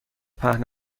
پهن